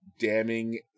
damning